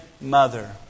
mother